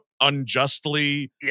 unjustly